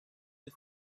the